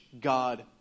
God